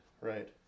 right